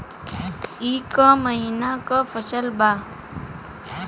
ई क महिना क फसल बा?